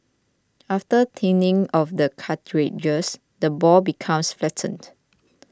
after thinning of the cartilages the ball becomes flattened